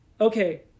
okay